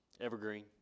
Evergreen